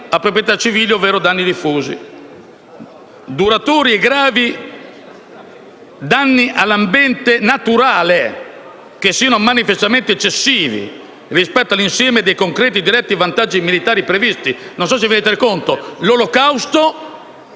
a proprietà civili ovvero danni diffusi, duraturi e gravi danni all'ambiente naturale che siano manifestamente eccessivi rispetto all'insieme dei concreti e diretti vantaggi militari previsti». Non so se vi rendete conto: vengono